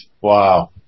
Wow